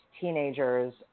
teenagers